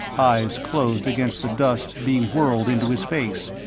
eyes closed against the dust being whirled into his face.